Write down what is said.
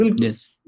Yes